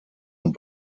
und